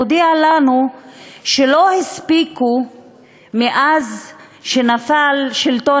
הוא הודיע לנו שלא הספיקו מאז שנפל שלטון